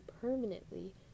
permanently